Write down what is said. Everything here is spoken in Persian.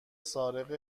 سارق